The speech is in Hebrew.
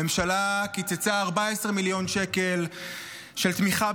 הממשלה קיצצה 14 מיליון שקל של תמיכה